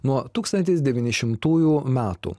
nuo tūkstantis devyni šimtųjų metų